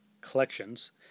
collections